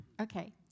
Okay